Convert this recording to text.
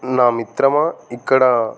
నా మిత్రమా ఇక్కడ